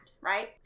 right